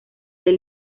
del